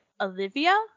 Olivia